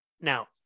Now